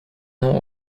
nom